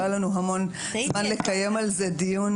לא היה לנו המון זמן לקיים על זה דיון,